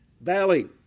valley